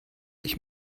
ich